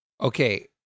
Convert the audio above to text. Okay